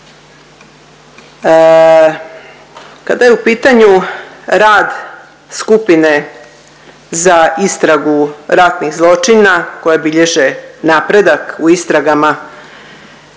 Kada je u pitanju rad skupine za istragu ratnih zločina koje bilježe napredak u istragama,